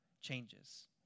changes